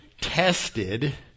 tested